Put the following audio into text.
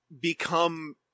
become